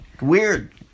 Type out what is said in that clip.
Weird